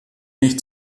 nicht